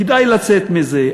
כדאי לצאת מזה,